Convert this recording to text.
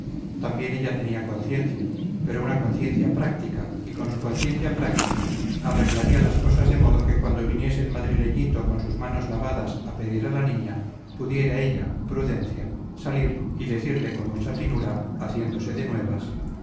también ella tenía conciencia pero una conciencia práctica y con su conciencia práctica arreglaría las cosas de modo que cuando viniese el madrileñito con sus manos lavadas a pedir a la niña pudiera ella prudencia salir y decirle con mucha finura haciéndose de nuevas